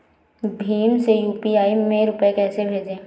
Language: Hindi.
भीम से यू.पी.आई में रूपए कैसे भेजें?